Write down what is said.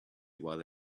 while